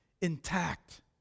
intact